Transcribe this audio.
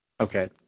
okay